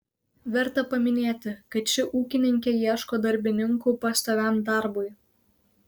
verta paminėti kad ši ūkininkė ieško darbininkų pastoviam darbui